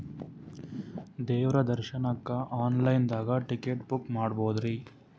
ದೇವ್ರ ದರ್ಶನಕ್ಕ online ದಾಗ ಟಿಕೆಟ ಬುಕ್ಕ ಮಾಡ್ಬೊದ್ರಿ?